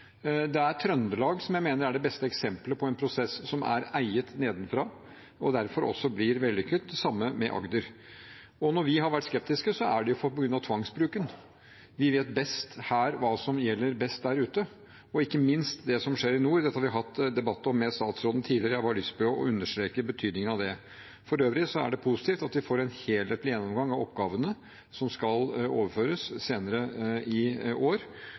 Jeg mener Trøndelag er det beste eksemplet på en prosess som er eiet nedenfra, og derfor også blir vellykket – det samme med Agder. Når vi har vært skeptiske, er det på grunn av tvangsbruken, at vi vet best her hva som er best der ute – ikke minst med tanke på det som skjer i nord. Dette har vi hatt debatt om med statsråden tidligere, jeg har bare lyst til å understreke betydningen av det. For øvrig er det positivt at vi får en helhetlig gjennomgang av oppgavene som skal overføres, senere i år,